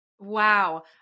Wow